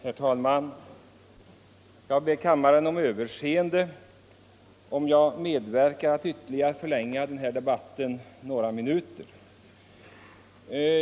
Herr talman! Jag ber kammaren om överseende om jag medverkar till att ytterligare förlänga den här debatten några minuter.